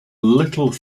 little